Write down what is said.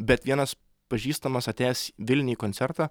bet vienas pažįstamas atėjęs vilniuj į koncertą